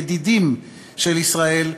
ידידים של ישראל,